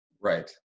Right